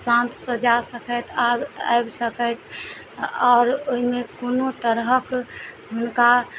शान्तसँ जा सकी वा आबि सकैत आओर ओइमे कोनो तरहक हुनका